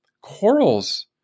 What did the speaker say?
Corals